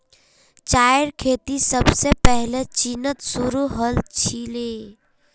चायेर खेती सबसे पहले चीनत शुरू हल छीले